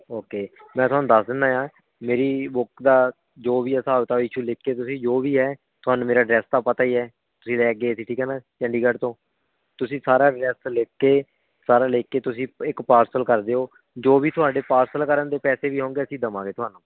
okay ਮੈਂ ਤੁਹਾਨੂੰ ਦੱਸ ਦਿੰਦਾ ਹਾਂ ਮੇਰੀ ਬੁੱਕ ਦਾ ਜੋ ਵੀ ਹਿਸਾਬ ਕਿਤਾਬ ਈਸ਼ੂ ਲਿਖ ਕੇ ਤੁਸੀਂ ਜੋ ਵੀ ਹੈ ਤੁਹਾਨੂੰ ਮੇਰਾ ਅਡਰੈੱਸ ਤਾਂ ਪਤਾ ਹੀ ਹੈ ਤੁਸੀਂ ਲੈ ਕੇ ਗਏ ਸੀ ਠੀਕ ਹੈ ਨਾ ਚੰਡੀਗੜ੍ਹ ਤੋਂ ਤੁਸੀਂ ਸਾਰਾ ਅਡਰੈੱਸ ਲਿਖ ਕੇ ਸਾਰਾ ਲਿਖ ਕੇ ਤੁਸੀਂ ਇੱਕ ਪਾਰਸਲ ਕਰ ਦਿਓ ਜੋ ਵੀ ਤੁਹਾਡੇ ਪਾਰਸਲ ਕਰਨ ਦੇ ਪੈਸੇ ਵੀ ਹੋਉਂਗੇ ਅਸੀਂ ਦੇਵਾਂਗੇ ਤੁਹਾਨੂੰ